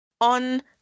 on